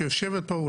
שיושבת פה,